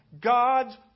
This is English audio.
God's